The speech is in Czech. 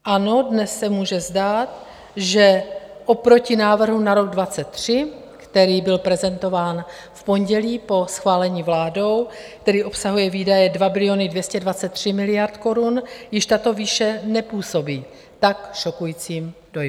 Ano, dnes se může zdát, že oproti návrhu na rok 2023, který byl prezentován v pondělí po schválení vládou, který obsahuje výdaje 2 biliony 223 miliard korun, již tato výše nepůsobí tak šokujícím dojmem.